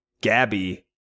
Gabby